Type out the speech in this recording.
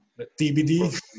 TBD